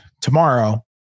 tomorrow